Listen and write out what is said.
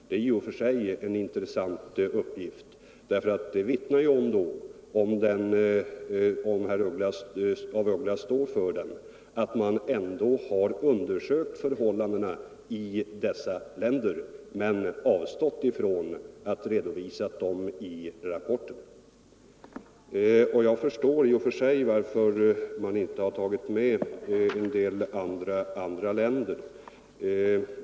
Det är i och för sig en intressant uppgift. Om herr af Ugglas står för den, vittnar den om att man ändå har undersökt förhållandena i dessa länder men avstått från att redovisa dem i rapporten. Jag förstår i och för sig varför man inte har tagit med en del andra länder.